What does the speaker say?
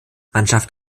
mannschaft